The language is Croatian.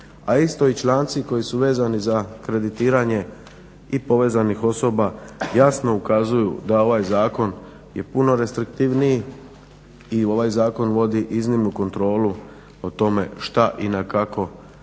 a isto i članci koji su vezani za kreditiranje i povezanih osoba jasno ukazuju da je ovaj zakon puno restriktivniji ovaj zakon vodi iznimnu kontrolu o tome šta i na kako